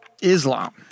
Islam